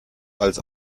als